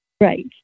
Right